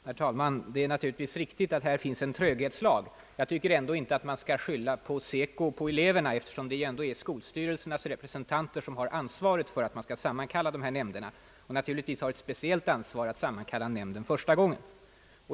Herr talman! Det är naturligtvis riktigt att här finns en tröghetslag. Jag tycker ändå inte att man skall skylla på SECO, på eleverna, eftersom det ju är skolstyrelsernas representanter som har ansvaret för att samarbetsnämnden sammankallas. De har naturligtvis ett speciellt ansvar för att nämnden sammankallas första gången.